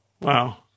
Wow